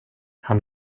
han